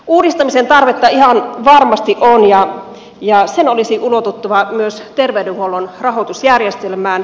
uudistamisen tarvetta ihan varmasti on ja sen olisi ulotuttava myös terveydenhuollon rahoitusjärjestelmään